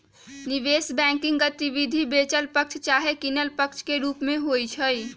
निवेश बैंकिंग गतिविधि बेचल पक्ष चाहे किनल पक्ष के रूप में होइ छइ